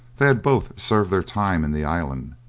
they had both served their time in the island,